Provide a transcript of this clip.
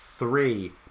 three